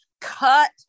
cut